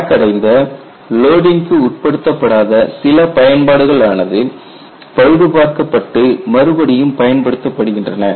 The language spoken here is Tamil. கிராக் அடைந்த லோடிங்க்கு உட்படுத்தப்படாத சில பயன்பாடுகள் ஆனது பழுது பார்க்கப்பட்டு மறுபடியும் பயன்படுத்தப்படுகின்றன